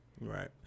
Right